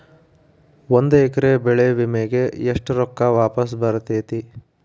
ಒಂದು ಎಕರೆ ಬೆಳೆ ವಿಮೆಗೆ ಎಷ್ಟ ರೊಕ್ಕ ವಾಪಸ್ ಬರತೇತಿ?